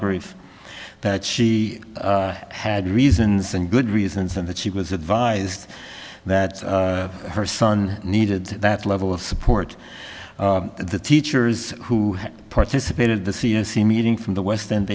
brief that she had reasons and good reasons and that she was advised that her son needed that level of support the teachers who participated the c s e meeting from the west and